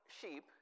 sheep